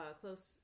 close